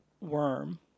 worm